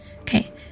Okay